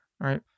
Right